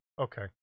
Okay